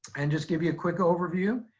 and just give you a quick overview.